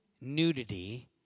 nudity